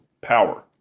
power